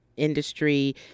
industry